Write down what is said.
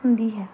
ਹੁੰਦੀ ਹੈ